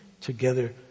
together